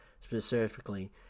specifically